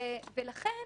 לכן